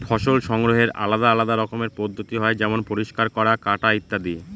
ফসল সংগ্রহের আলাদা আলদা রকমের পদ্ধতি হয় যেমন পরিষ্কার করা, কাটা ইত্যাদি